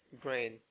brain